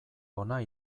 ona